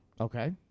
Okay